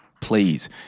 Please